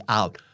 out